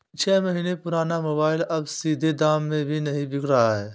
छह महीने पुराना मोबाइल अब आधे दाम में भी नही बिक रहा है